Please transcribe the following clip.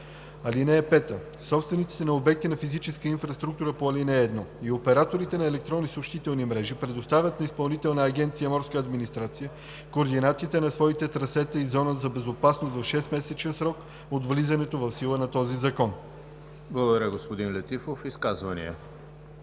г. (5) Собствениците на обекти на физическата инфраструктура по ал. 1 и операторите на електронни съобщителни мрежи предоставят на Изпълнителна агенция „Морска администрация“ координатите на своите трасета и зони на безопасност в 6-месечен срок от влизането в сила на този закон.“ ПРЕДСЕДАТЕЛ ЕМИЛ ХРИСТОВ: Благодаря, господин Летифов. Изказвания?